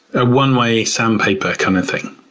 a one-way sandpaper kind of thing.